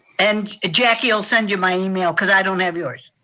and ah jackie will send you my email, cause i don't have yours.